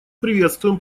приветствуем